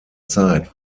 zeit